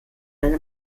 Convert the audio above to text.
eine